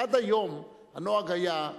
עד היום הנוהג היה,